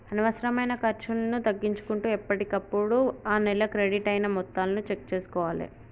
అనవసరమైన ఖర్చులను తగ్గించుకుంటూ ఎప్పటికప్పుడు ఆ నెల క్రెడిట్ అయిన మొత్తాలను చెక్ చేసుకోవాలే